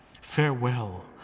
Farewell